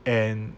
and